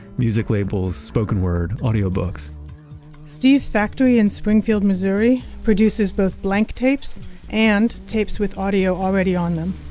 music labels, spoken word, audiobooks steve's factory in springfield, missouri produces both blank tapes and tapes with audio already on them